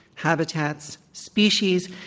habitats, species,